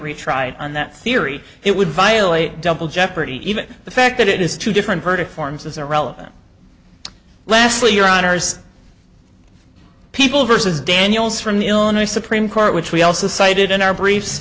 retried on that theory it would violate double jeopardy even the fact that it is two different verdict forms is irrelevant lastly your honour's people versus daniels from the illinois supreme court which we also cited in our brief